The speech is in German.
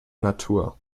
natur